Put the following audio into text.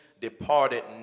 departed